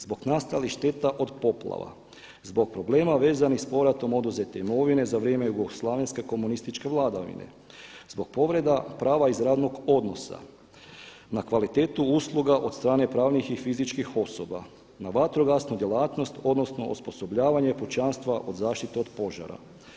Zbog nastalih šteta od poplava, zbog problema vezanih s povratom oduzete imovine za vrijeme jugoslavenske komunističke vladavine, zbog povreda prava iz radnog odnosa na kvalitetu usluga od strane pravnih i fizičkih osoba, na vatrogasnu djelatnost odnosno osposobljavanje pučanstva od zaštite od požara.